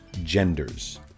genders